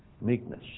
meekness